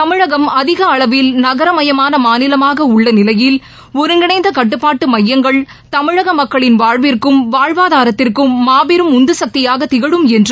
தமிழகம் அதிக அளவில் நகரமயமான மாநிலமாக உள்ள நிலையில் ஒருங்கிணைந்த கட்டுப்பாட்டு மையங்கள் தமிழக மக்களின் வாழ்விற்கும் வாழ்வாதாரத்திற்கும் மாபெரும் உந்துசக்தியாக திகமும் என்றும் அவர் தெரிவித்தார்